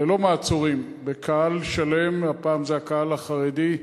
ללא מעצורים בקהל שלם, הפעם זה הקהל החרדי,